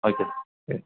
okay sir ம்